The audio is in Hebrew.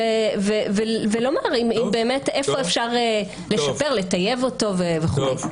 ולומר איפה באמת אפשר לשפר, לטייב אותו וכו'.